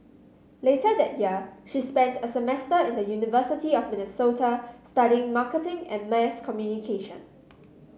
later that year she spent a semester in the University of Minnesota studying marketing and mass communication